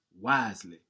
wisely